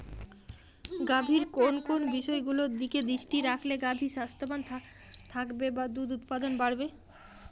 গাভীর কোন কোন বিষয়গুলোর দিকে দৃষ্টি রাখলে গাভী স্বাস্থ্যবান থাকবে বা দুধ উৎপাদন বাড়বে?